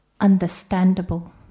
understandable